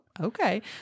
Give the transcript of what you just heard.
okay